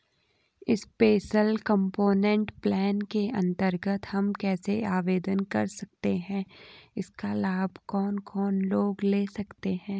Special component plan के अन्तर्गत हम कैसे आवेदन कर सकते हैं इसका लाभ कौन कौन लोग ले सकते हैं?